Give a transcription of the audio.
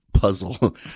Puzzle